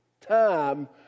time